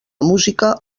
música